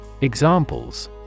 Examples